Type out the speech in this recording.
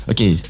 Okay